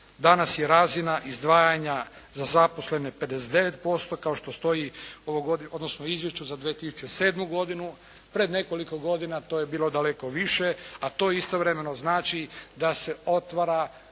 Danas je razina izdvajanja za zaposlene 59% kao što stoji u izvješću za 2007. godinu. Pred nekoliko godina to je bilo daleko više, a to istovremeno znači da se otvara